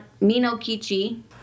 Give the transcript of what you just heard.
Minokichi